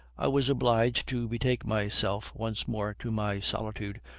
i was obliged to betake myself once more to my solitude,